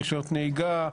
שריונות נהיגה,